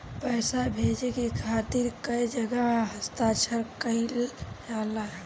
पैसा भेजे के खातिर कै जगह हस्ताक्षर कैइल जाला?